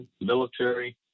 military